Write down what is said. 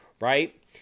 Right